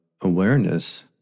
awareness